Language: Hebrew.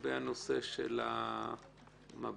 הנושא של המב"דים.